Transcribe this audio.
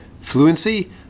fluency